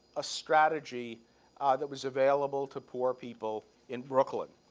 a strategy that was available to poor people in brooklyn.